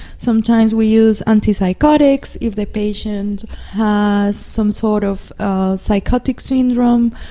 sometimes we use antipsychotics if the patient has some sort of ah psychotic syndrome.